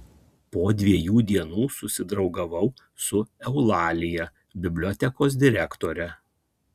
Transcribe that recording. po dviejų dienų susidraugavau su eulalija bibliotekos direktore